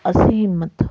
ਅਸਹਿਮਤ